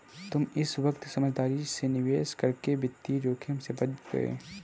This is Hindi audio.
तुम इस वक्त समझदारी से निवेश करके वित्तीय जोखिम से बच गए